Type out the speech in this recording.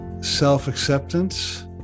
self-acceptance